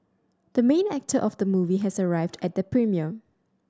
the main actor of the movie has arrived at the premiere